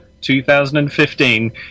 2015